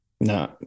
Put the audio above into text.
No